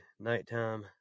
nighttime